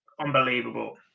unbelievable